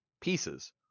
pieces